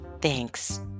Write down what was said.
Thanks